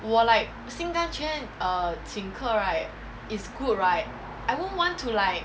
我 like 心甘情愿 err 请客 right it's good right I won't want to like